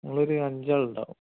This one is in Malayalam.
ഞങ്ങളൊരു അഞ്ചാളുണ്ടാകും